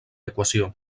equació